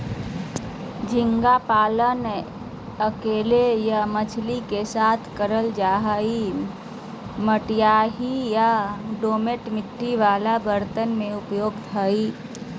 झींगा पालन अकेले या मछली के साथ करल जा हई, मटियाही या दोमट मिट्टी वाला तालाब उपयुक्त हई